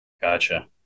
Gotcha